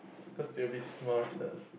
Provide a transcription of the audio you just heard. cause they will be smarter